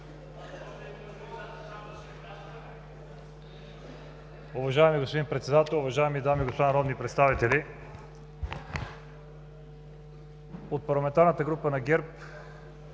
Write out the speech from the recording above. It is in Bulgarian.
Уважаеми господин Председател, уважаеми дами и господа народни представители! От парламентарната група на ГЕРБ